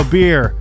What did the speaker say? beer